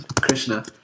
Krishna